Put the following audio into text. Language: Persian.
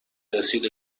رسید